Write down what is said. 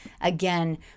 again